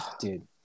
dude